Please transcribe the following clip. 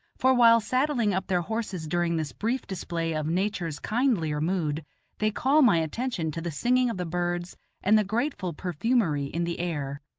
for while saddling up their horses during this brief display of nature's kindlier mood they call my attention to the singing of the birds and the grateful perfumery in the air.